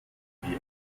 wie